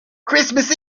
christmas